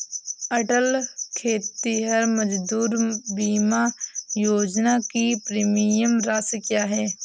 अटल खेतिहर मजदूर बीमा योजना की प्रीमियम राशि क्या है?